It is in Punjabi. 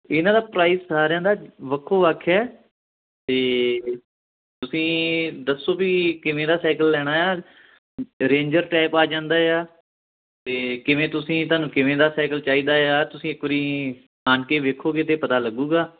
ਇਹਨਾ ਦਾ ਪ੍ਰਾਈਸ ਸਾਰਿਆ ਦਾ ਵੱਖੋ ਵੱਖ ਆ ਅਤੇ ਤੁਸੀਂ ਦੱਸੋ ਵੀ ਕਿਵੇਂ ਦਾ ਸਾਈਕਲ ਲੈਣਾ ਆ ਰੇਂਜਰ ਟਾਈਪ ਆ ਜਾਂਦਾ ਆ ਅਤੇ ਕਿਵੇਂ ਤੁਸੀਂ ਤੁਹਾਨੂੰ ਕਿਵੇਂ ਦਾ ਸਾਈਕਲ ਚਾਹੀਦਾ ਆ ਤੁਸੀਂ ਇੱਕ ਵਾਰੀ ਆ ਕੇ ਦੇਖੋਂਗੇ ਤਾਂ ਪਤਾ ਲੱਗੂਗਾ